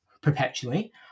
perpetually